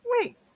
wait